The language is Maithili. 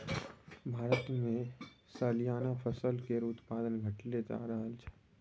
भारतमे सलियाना फसल केर उत्पादन घटले जा रहल छै